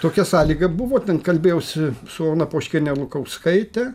tokia sąlyga buvo ten kalbėjausi su ona poškiene lukauskaite